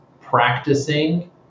practicing